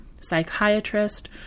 psychiatrist